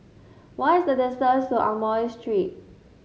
what is the distance to Amoy Street